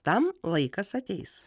tam laikas ateis